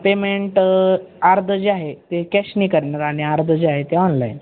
payment अर्धं जे आहे ते कॅशने करणार आणि अर्धं जे आहे ते ऑनलाईन